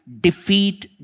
defeat